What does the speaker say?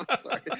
sorry